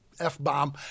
F-bomb